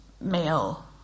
male